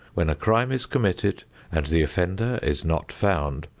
when a crime is committed and the offender is not found,